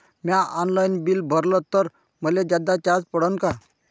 म्या online bill भरलं तर मले जादा चार्ज पडन का?